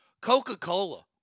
Coca-Cola